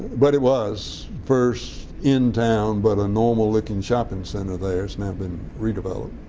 but it was first in town but a normal looking shopping center there. it's now been redeveloped.